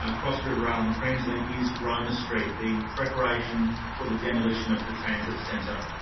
ah cross-river rail and translink, is roma street, the preparation for the demolition of the transit centre.